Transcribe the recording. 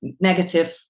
negative